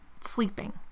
sleeping